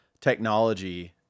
technology